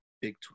Big